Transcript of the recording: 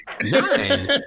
Nine